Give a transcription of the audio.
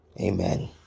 Amen